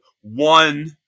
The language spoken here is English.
one